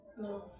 No